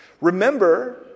remember